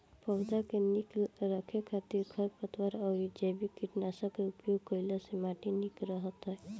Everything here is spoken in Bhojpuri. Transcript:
पौधा के निक रखे खातिर खरपतवार अउरी जैविक कीटनाशक के उपयोग कईला से माटी निक रहत ह